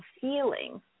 feeling